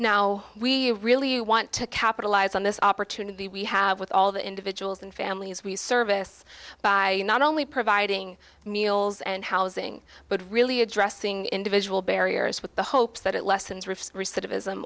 now we really want to capitalize on this opportunity we have with all the individuals and families we service by not only providing meals and housing but really addressing individual barriers with the hopes that it lessens